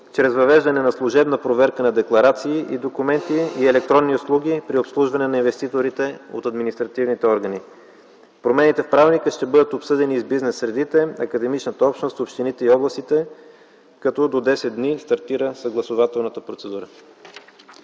председателя за изтичане на времето), документи и електронни услуги при обслужване на инвеститорите от административните органи. Промените в правилника ще бъдат обсъдени и с бизнес средите, академичната общност, общините и областите, като до 10 дни стартира съгласувателната процедура.